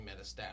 metastatic